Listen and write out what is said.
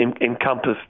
encompass